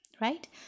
right